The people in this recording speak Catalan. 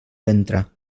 ventre